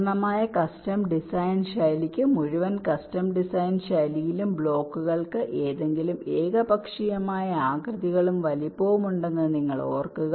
പൂർണ്ണമായ custom design ശൈലിക്ക് മുഴുവൻ കസ്റ്റം ഡിസൈൻ ശൈലിയിലും ബ്ലോക്കുകൾക്ക് ഏതെങ്കിലും ഏകപക്ഷീയമായ ആകൃതികളും വലിപ്പവും ഉണ്ടെന്ന് നിങ്ങൾ ഓർക്കുക